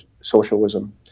socialism